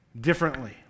differently